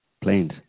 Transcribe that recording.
planes